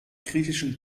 griechischen